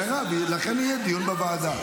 מירב, לכן יהיה דיון בוועדה.